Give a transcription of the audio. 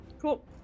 Cool